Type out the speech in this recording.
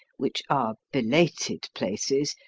which are belated places,